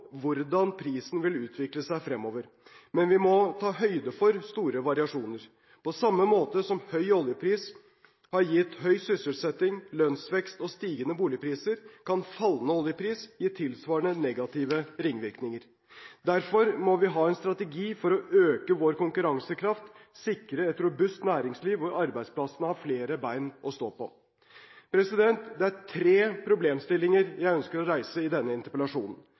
hvordan prisen vil utvikle seg fremover, men vi må ta høyde for store variasjoner. På samme måte som høy oljepris har gitt høy sysselsetting, lønnsvekst og stigende boligpriser, kan fallende oljepris gi tilsvarende negative ringvirkninger. Derfor må vi ha en strategi for å øke vår konkurransekraft og sikre et robust næringsliv hvor arbeidsplassene har flere ben å stå på. Det er tre problemstillinger jeg ønsker å reise i denne interpellasjonen.